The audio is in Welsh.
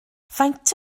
faint